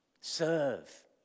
Serve